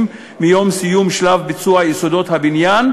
מיום סיום שלב ביצוע יסודות הבניין,